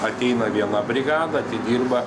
ateina viena brigada atidirba